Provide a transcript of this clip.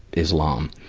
islam.